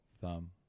thumb